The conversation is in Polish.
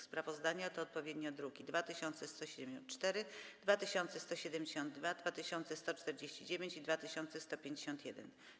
Sprawozdania to odpowiednio druki nr 2174, 2172, 2149 i 2151.